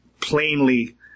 plainly